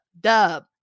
Dub